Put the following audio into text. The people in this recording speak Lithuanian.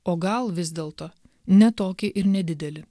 o gal vis dėlto ne tokį ir nedidelį